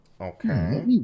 Okay